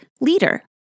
leader